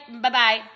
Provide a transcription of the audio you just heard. bye-bye